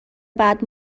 بعد